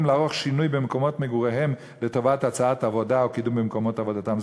לערוך שינוי במקומות מגוריהם לטובת הצעת עבודה או קידום במקומות עבודתם.